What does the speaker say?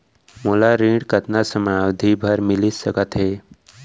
मोला ऋण कतना समयावधि भर मिलिस सकत हे?